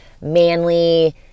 manly